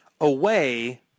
away